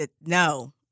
no